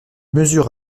mesures